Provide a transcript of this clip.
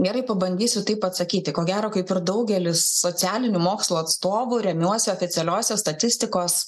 gerai pabandysiu taip atsakyti ko gero kaip ir daugelis socialinių mokslų atstovų remiuosi oficialiose statistikos